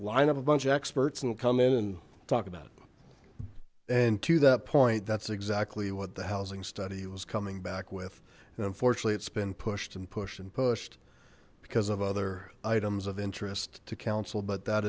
line up a bunch of experts and come in and talk about it and to that point that's exactly what the housing study was coming back with and unfortunately it's been pushed and pushed and pushed because of other items of interest to council but that